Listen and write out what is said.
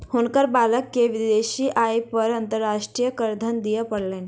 हुनकर बालक के विदेशी आय पर अंतर्राष्ट्रीय करधन दिअ पड़लैन